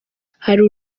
hari